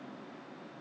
orh